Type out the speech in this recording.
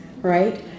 right